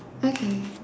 okay